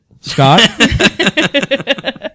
Scott